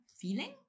feeling